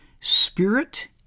spirit